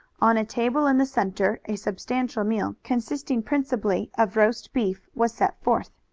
on a table in the center a substantial meal, consisting principally of roast beef, was set forth.